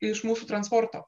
iš mūsų transporto